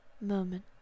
moment